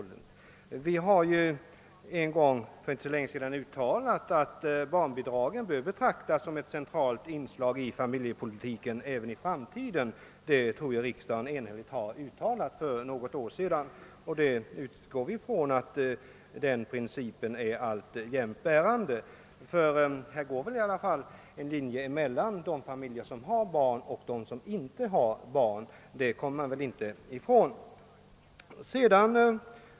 Riksdagen har för något år sedan enhälligt uttalat att barnbidragen bör betraktas som ett centralt inslag i familjepolitiken även i framtiden, och vi utgår ifrån att den principen alltjämt är bärande. Det går ju i alla fall en skiljelinje i fråga om kostnader mellan de familjer som har barn och de som inte har barn — det kommer man väl inte ifrån.